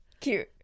Cute